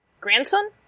grandson